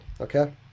okay